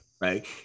right